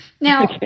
Now